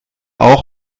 auch